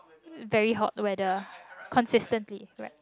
very hot weather consistently right